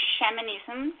Shamanism